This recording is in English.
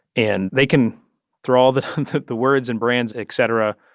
and they can throw all the the words and brands, et cetera,